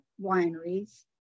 wineries